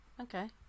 okay